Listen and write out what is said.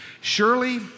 Surely